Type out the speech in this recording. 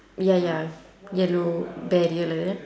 ya ya yellow barrier like that